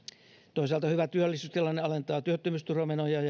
toisaalta hyvä työllisyystilanne alentaa työttömyysturvamenoja